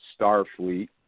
Starfleet